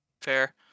Fair